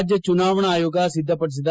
ರಾಜ್ಯ ಚುನಾವಣಾ ಆಯೋಗ ಸಿದ್ಧಪಡಿಸಿದ